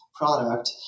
product